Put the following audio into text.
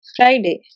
Friday